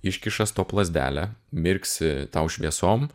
iškiša stop lazdelę mirksi tau šviesom